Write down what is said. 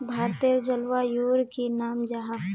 भारतेर जलवायुर की नाम जाहा?